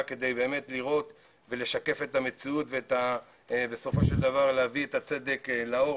כדי באמת לראות ולשקף את המציאות ובסופו של דבר להביא את הצדק לאור,